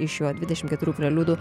iš jo pr dvidešim keturių eliudų